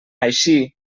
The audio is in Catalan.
així